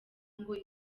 ngo